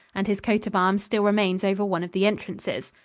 and his coat-of-arms still remains over one of the entrances.